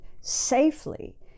safely